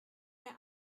mehr